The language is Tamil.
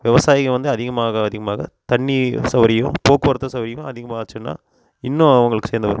விவசாயம் வந்து அதிகமாக அதிகமாக தண்ணி சௌகரியம் போக்குவரத்து சௌகரியம் அதிகமாச்சுன்னா இன்றும் அவங்களுக்கு சேர்ந்து வரும்